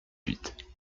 huit